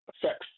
effects